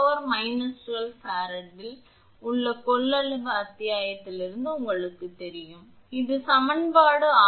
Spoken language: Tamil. எனவே மையத்திற்கும் உறைக்கும் உள்ள சாத்தியமான வேறுபாடு 𝑅 𝑞 𝑅 𝑉 ∫ 𝐸𝑥 𝑟 2𝜋𝜖𝑜𝜖𝑟 ln𝑟 𝑉𝑜𝑙𝑡𝑠 இது சமன்பாடு 6